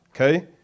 Okay